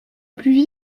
plus